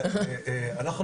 אנחנו